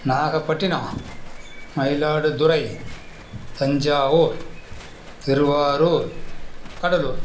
Nagapattinam Mayiladuthurai Thanjavur Tiruvarur Cuddalore